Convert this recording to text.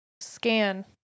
scan